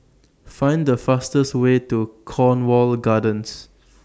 Find The fastest Way to Cornwall Gardens